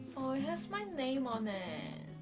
oh, yes my name on them